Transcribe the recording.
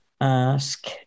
ask